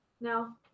No